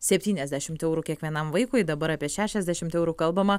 septyniasdešimt eurų kiekvienam vaikui dabar apie šešiasdešimt eurų kalbama